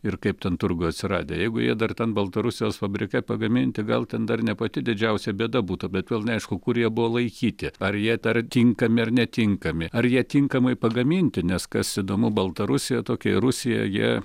ir kaip ten turguj atsiradę jeigu jie dar ten baltarusijos fabrike pagaminti gal ten dar ne pati didžiausia bėda būtų bet vėl neaišku kurie jie buvo laikyti ar jie dar tinkami ar netinkami ar jie tinkamai pagaminti nes kas įdomu baltarusija tokia ir rusija jie